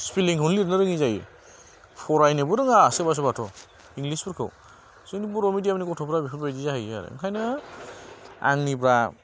spelling खौनो लिरनो रोङै जायो फरायनोबो रोङा सोरबा सोरबाथ' इंलिसफोरखौ जोंनि बर' मिडियाम नि गथ'फ्रा बेफोर बायदि जाहैयो आरो ओंखायनो आंनिबा